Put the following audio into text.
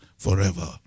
forever